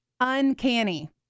uncanny